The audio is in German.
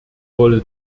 wolle